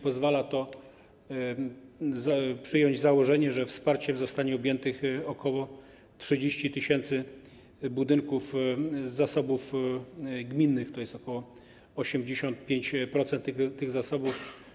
Pozwala to przyjąć założenie, że wsparciem zostanie objętych ok. 30 tys. budynków z zasobów gminnych, tj. ok. 85% tych zasobów.